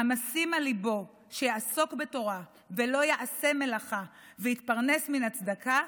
"המשים על ליבו שיעסוק בתורה ולא יעשה מלאכה ויתפרנס מן הצדקה,